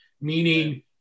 meaning